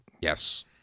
Yes